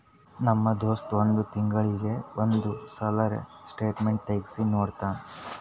ನಮ್ ದೋಸ್ತ್ ಒಂದ್ ತಿಂಗಳೀಗಿ ಒಂದ್ ಸಲರೇ ಸ್ಟೇಟ್ಮೆಂಟ್ ತೆಗ್ಸಿ ನೋಡ್ತಾನ್